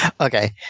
Okay